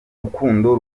rukundo